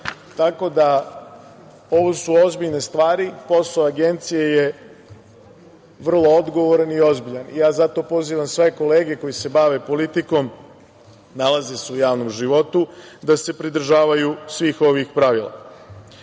da, ovo su ozbiljne stvari. Posao Agencije je vrlo odgovoran i ozbiljan i ja zato pozivam sve kolege koji se bave politikom, nalaze se u javnom životu, da se pridržavaju svih ovih pravila. Isto,